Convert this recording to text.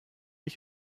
ich